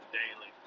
daily